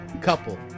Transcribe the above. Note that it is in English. couple